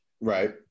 Right